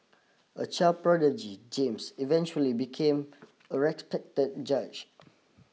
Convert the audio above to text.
a child prodigy James eventually became a respected judge